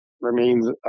remains